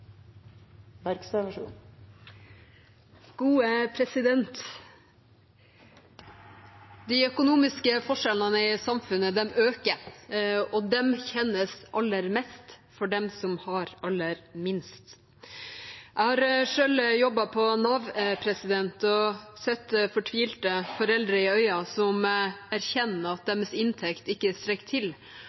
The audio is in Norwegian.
De økonomiske forskjellene i samfunnet øker, og de kjennes aller mest for dem som har aller minst. Jeg har selv jobbet på Nav og sett fortvilte foreldre, som erkjenner at deres inntekt ikke strekker til,